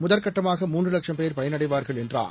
முதல்கட்டமாக மூன்றுவட்சம் பேர் பயனடைவார்கள் என்றார்